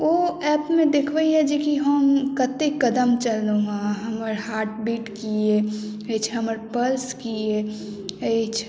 ओ ऐपमे देखबैए जे कि हम कते कदम चललौहँ हमर हार्ट बीट की अइ अछि हमर पल्स की अइ अछि